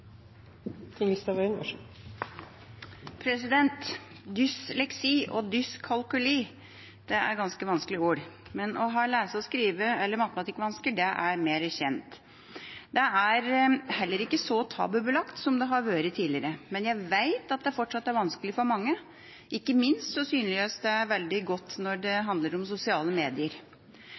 ganske vanskelige ord, men å ha lese-, skrive- eller matematikkvansker er mer kjent. Det er heller ikke så tabubelagt som det har vært tidligere, men jeg vet at det fortsatt er vanskelig for mange, og ikke minst synliggjøres det veldig godt når det handler om sosiale medier.